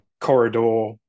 corridor